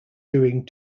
during